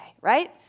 right